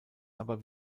aber